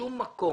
בשום מקום